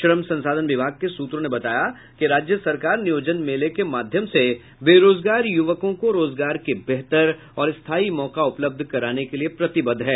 श्रम संसाधन विभाग के सूत्रों ने बताया कि राज्य सरकार नियोजन मेले के माध्यम से बेरोजगार युवकों को रोजगार के बेहतर और स्थायी मौका उपलब्ध कराने के लिए प्रतिबद्ध है